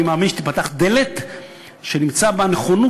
אני מאמין שתיפתח דלת שנמצא בה נכונות